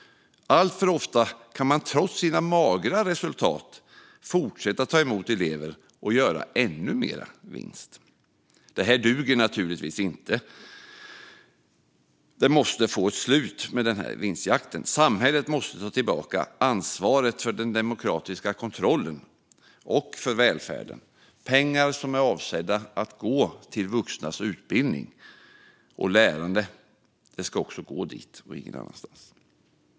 Alltför ofta kan de trots magra resultat fortsätta att ta emot elever och göra ännu mer vinst. Det duger naturligtvis inte. Vinstjakten måste få ett slut. Samhället måste ta tillbaka ansvaret för den demokratiska kontrollen och för välfärden. Pengar som är avsedda för vuxnas utbildning och lärande ska också gå dit.